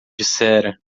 dissera